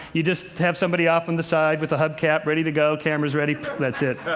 you just have somebody off on the side with a hubcap ready to go. camera's ready that's it.